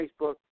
Facebook